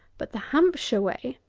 but the hampshire way,